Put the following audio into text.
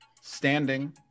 standing